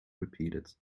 repeated